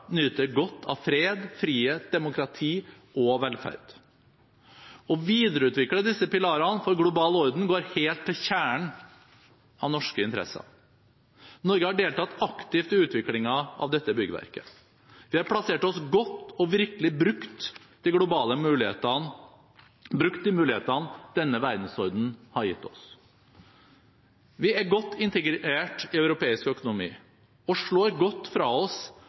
nyter godt av fred, frihet, demokrati og velferd. Å videreutvikle disse pilarene for global orden går helt til kjernen av norske interesser. Norge har deltatt aktivt i utviklingen av dette byggverket. Vi har plassert oss godt og virkelig brukt de mulighetene denne verdensordenen har gitt oss. Vi er godt integrert i europeisk økonomi og slår godt fra oss